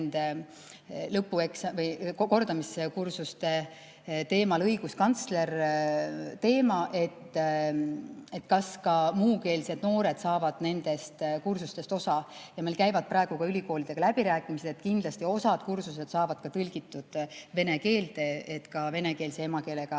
kordamiskursuste puhul teema, kas ka muukeelsed noored saavad nendest kursustest osa. Meil käivad praegu ka ülikoolidega läbirääkimised, kindlasti osa kursuseid saavad tõlgitud vene keelde, et ka vene emakeelega